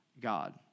God